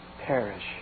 perish